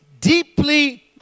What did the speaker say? deeply